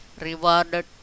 rewarded